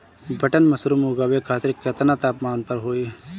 Button mushroom उगावे खातिर केतना तापमान पर होई?